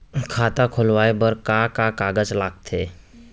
खाता खोलवाये बर का का कागज ल लगथे?